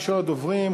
מס' 455,